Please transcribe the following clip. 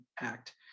act